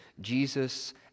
Jesus